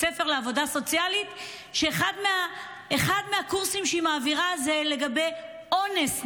ספר לעבודה סוציאלית שאחד הקורסים שהיא מעבירה זה לגבי אונס נשים.